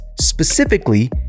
specifically